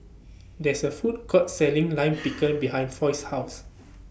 There IS A Food Court Selling Lime Pickle behind Foy's House